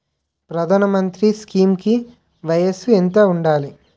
ప్రధాన మంత్రి స్కీమ్స్ కి వయసు ఎంత ఉండాలి?